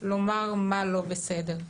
לומר מה לא בסדר,